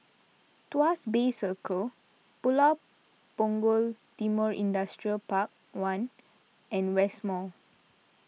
Tuas Bay Circle Pulau Punggol Timor Industrial Park one and West Mall